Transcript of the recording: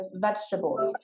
vegetables